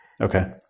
Okay